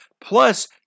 plus